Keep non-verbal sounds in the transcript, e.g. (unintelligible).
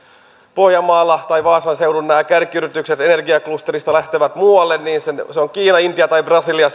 pohjanmaalta vaasan seudun kärkiyritykset energiaklusterista lähtevät muualle niin se seuraava osoite on kiina intia tai brasilia (unintelligible)